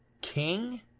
king